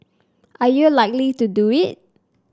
are you likely to do it